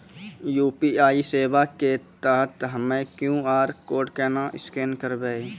UPI सेवा के तहत हम्मय क्यू.आर कोड केना स्कैन करबै?